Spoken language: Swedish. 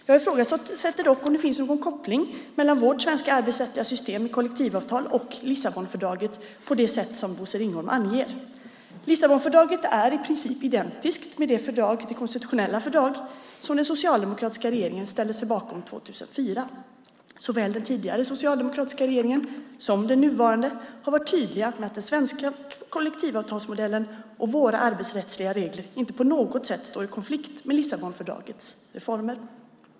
Jag ifrågasätter dock om det finns någon koppling mellan vårt svenska arbetsrättsliga system med kollektivavtal och Lissabonfördraget på det sätt som Bosse Ringholm anger. Lissabonfördraget är i princip identiskt med det förslag till konstitutionella fördrag som den socialdemokratiska regeringen ställde sig bakom 2004. Såväl den tidigare, socialdemokratiska, regeringen som den nuvarande har varit tydliga med att den svenska kollektivavtalsmodellen och våra arbetsrättsliga regler inte på något sätt står i konflikt med Lissabonfördragets reformer.